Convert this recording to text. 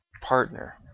partner